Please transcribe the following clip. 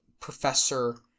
professor